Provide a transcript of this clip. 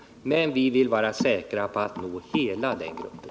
Men vi vill vara säkra på att nå hela den gruppen.